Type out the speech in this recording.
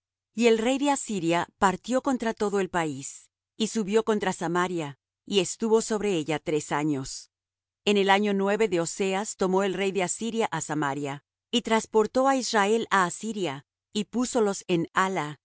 y el rey de asiria partió contra todo el país y subió contra samaria y estuvo sobre ella tres años en el año nueve de oseas tomó el rey de asiria á samaria y trasportó á israel á asiria y púsolos en hala